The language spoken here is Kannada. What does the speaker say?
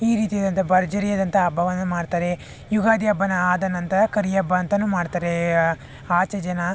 ಈ ರೀತಿಯಾದಂಥ ಭರ್ಜರಿಯಾದಂಥ ಹಬ್ಬವನ್ನು ಮಾಡ್ತಾರೆ ಯುಗಾದಿ ಹಬ್ಬನ ಆದ ನಂತರ ಕರಿ ಹಬ್ಬ ಅಂತಲೂ ಮಾಡ್ತಾರೆ ಆಚೆ ಜನ